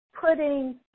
putting